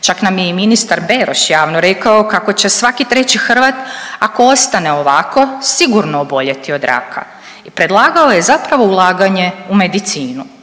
Čak nam je i ministar Beroš javno rekao kako će svaki treći Hrvat ako ostane ovako sigurno oboljeti od raka i predlagao je zapravo ulaganje u medicinu,